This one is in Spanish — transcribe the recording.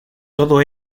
todo